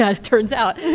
ah it turns out.